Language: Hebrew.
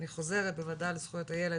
אני חוזרת בוועדה על זכויות הילד,